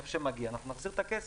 איפה שמגיע אנחנו נחזיר את הכסף.